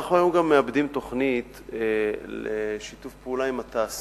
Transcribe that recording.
ואנחנו היום גם מעבדים תוכנית לשיתוף פעולה עם התעשייה,